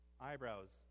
eyebrows